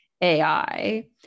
AI